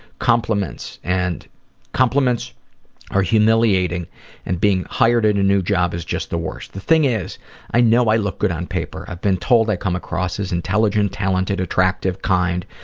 compliments and compliments are humiliating and being hired at a new job is just the worst, the thing is i know i look good on paper, i've been told i come across as intelligent, talented, attractive, kind,